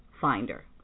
finder